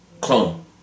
clone